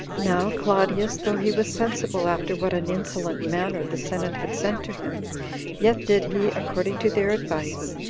now claudius, though he was sensible after what an insolent manner the senate had sent to him yet did he, according to their advice,